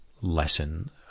lesson